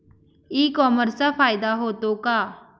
E कॉमर्सचा फायदा होतो का?